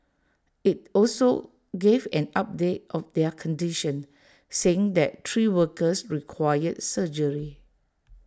IT also gave an update of their condition saying that three workers required surgery